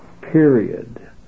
period